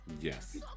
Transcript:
Yes